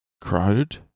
Crowded